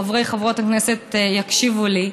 חברי וחברות הכנסת יקשיבו לי.